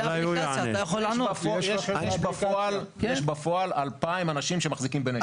יש בפועל 2,000 אנשים שמחזיקים בנשק.